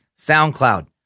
SoundCloud